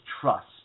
trust